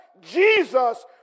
Jesus